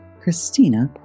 Christina